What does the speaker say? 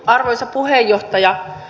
arvoisa puheenjohtaja